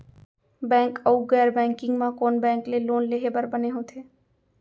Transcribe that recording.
Bank अऊ गैर banking म कोन बैंक ले लोन लेहे बर बने होथे?